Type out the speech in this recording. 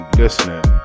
listening